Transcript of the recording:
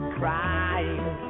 crying